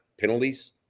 penalties